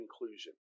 conclusion